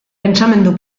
pentsamendu